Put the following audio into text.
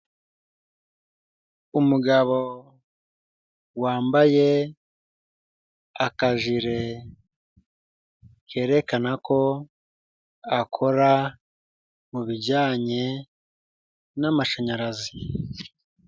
Umugabo wambaye akajire kerekana ko akora mu bijyanye n'amashanyarazi.